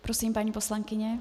Prosím, paní poslankyně.